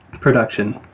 production